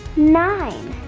nine!